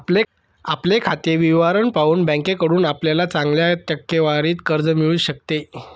आपले खाते विवरण पाहून बँकेकडून आपल्याला चांगल्या टक्केवारीत कर्ज मिळू शकते